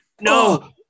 No